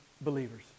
believers